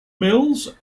mills